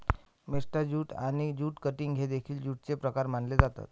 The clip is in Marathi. मेस्टा ज्यूट आणि ज्यूट कटिंग हे देखील ज्यूटचे प्रकार मानले जातात